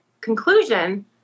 conclusion